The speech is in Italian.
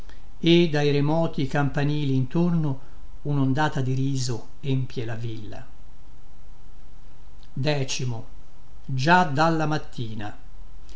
e dai remoti campanili intorno unondata di riso empie la villa